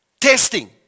Testing